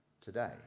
today